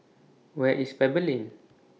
Where IS Pebble Lane